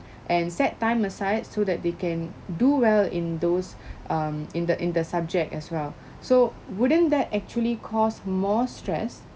and set time aside so that they can do well in those um in the in the subject as well so wouldn't that actually cost more stress